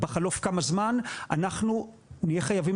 בחלוף כמה זמן ואנחנו נהיה חייבים